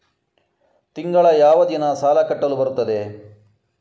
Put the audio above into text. ತಿಂಗಳ ಯಾವ ದಿನ ಸಾಲ ಕಟ್ಟಲು ಬರುತ್ತದೆ?